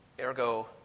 Ergo